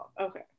Okay